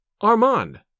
Armand